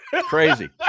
crazy